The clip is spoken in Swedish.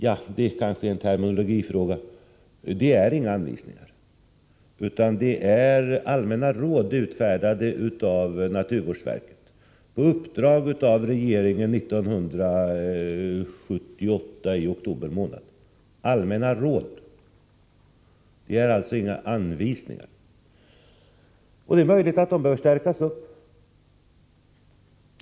Detta är kanske en terminologisk fråga, men det här är inga anvisningar, utan det är allmänna råd, utfärdade av naturvårdsverket i oktober månad 1978 på uppdrag av regeringen. Det är möjligt att dessa allmänna råd behöver förstärkas.